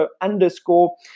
underscore